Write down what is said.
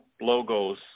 logos